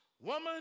Woman